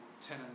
ten